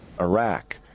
Iraq